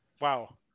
Wow